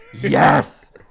yes